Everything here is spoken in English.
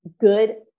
good